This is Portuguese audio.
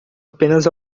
apenas